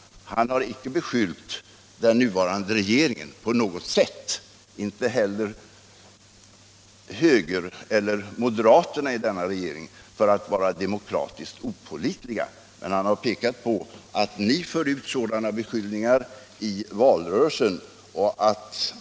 Han har inte på något sätt riktat beskyllningar mot den nuvarande regeringen eller mot moderaterna i denna regering för att vara demokratiskt opålitliga. Vad han har pekat på är att ni för ut sådana beskyllningar i valrörelsen.